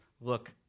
Look